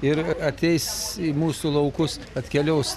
ir ateis į mūsų laukus atkeliaus